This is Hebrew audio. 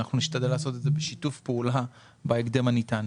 נשתדל לעשות את זה בשיתוף פעולה בהקדם הניתן.